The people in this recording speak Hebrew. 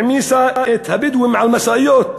העמיסה את הבדואים על משאיות,